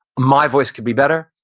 my voice can be better,